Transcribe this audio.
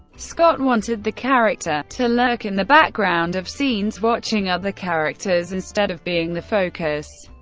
scott wanted the character to lurk in the background of scenes watching other characters instead of being the focus.